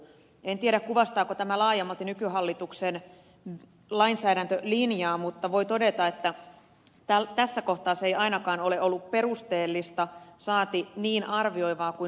en tiedä kuvastaako tämä laajemmalti nykyhallituksen lainsäädäntölinjaa mutta voi todeta että tässä kohtaa se ei ainakaan ole ollut perusteellista saati niin arvioivaa kuin olisi pitänyt